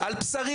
מכיר על בשרי.